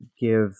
give